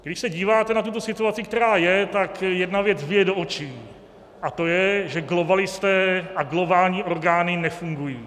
Když se díváte na tuto situaci, která je, tak jedna věc bije do očí, a to je, že globalisté a globální orgány nefungují.